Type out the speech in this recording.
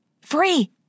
Free